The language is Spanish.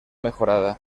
mejorada